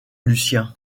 lucien